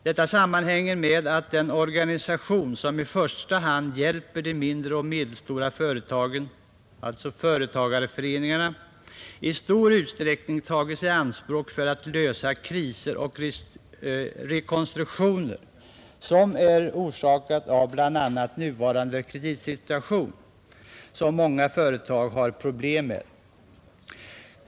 Detta sammanhänger med att den organisation som i första hand hjäper de mindre och medelstora företagen, alltså företagareföreningarna, i stor utsträckning tas i anspråk för att lösa kriser och ordna rekonstruktioner som orsakas av bl.a. nuvarande kreditsituation, som vållar problem för många företag.